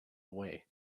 away